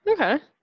Okay